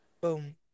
Boom